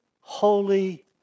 holy